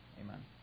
amen